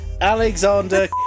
Alexander